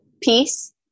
Peace